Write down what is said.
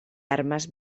armas